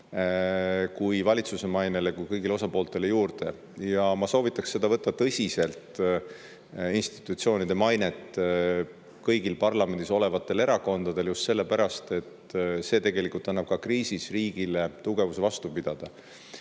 valitsuse mainele kui kõigile osapooltele juurde. Ma soovitaks institutsioonide mainet võtta tõsiselt kõigil parlamendis olevatel erakondadel just sellepärast, et see tegelikult annab ka kriisis riigile tugevuse vastu pidada.